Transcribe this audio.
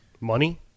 Money